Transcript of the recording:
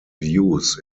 views